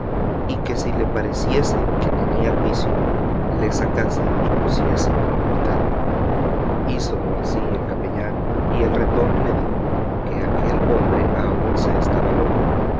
y que si le pareciese que tenía juicio le sacase y pusiese en libertad hízolo así el capellán y el retor le dijo que aquel hombre aún se estaba loco